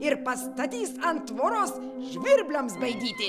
ir pastatys ant tvoros žvirbliams baidyti